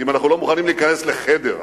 אם אנחנו לא מוכנים להיכנס לחדר?